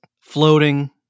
floating